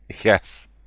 Yes